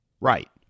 Right